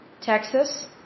Texas